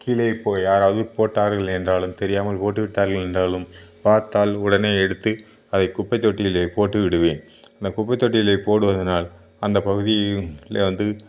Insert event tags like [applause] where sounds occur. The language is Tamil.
கீழே இப்போ யாராவது போட்டார்கள் என்றாலும் தெரியாமல் போட்டுவிட்டார்கள் என்றாலும் பார்த்தால் உடனே எடுத்து அதை குப்பை தொட்டியில் போட்டு விடுவேன் அந்த குப்பைத்தொட்டியில் போடுவதனால் அந்த பகுதியிலும் [unintelligible] வந்து